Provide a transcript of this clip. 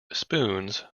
spoons